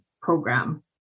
program